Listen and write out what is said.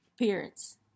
Appearance